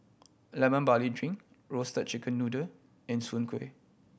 Lemon Barley Drink Roasted Chicken Noodle and Soon Kuih